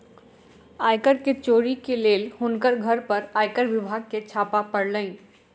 आय कर के चोरी के लेल हुनकर घर पर आयकर विभाग के छापा पड़लैन